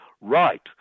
Right